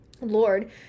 lord